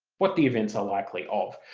what the events are likely of.